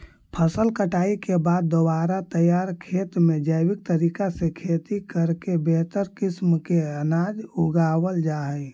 फसल कटाई के बाद दोबारा तैयार खेत में जैविक तरीका से खेती करके बेहतर किस्म के अनाज उगावल जा हइ